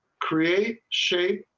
create shape.